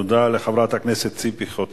סעיף 1